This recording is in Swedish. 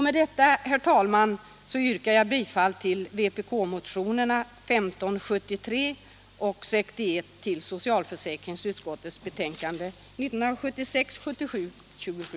Med detta, herr talman, yrkar jag bifall till vpk-motionerna 1573 och 61 i socialförsäkringsutskottets betänkande 1976/77:27.